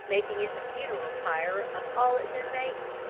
making it the funeral pyre of all its inmates,